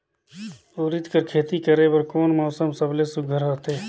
उरीद कर खेती करे बर कोन मौसम सबले सुघ्घर रहथे?